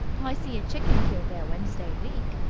i see a chicken killed there wednesday week.